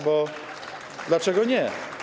Bo dlaczego nie?